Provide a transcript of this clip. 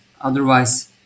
otherwise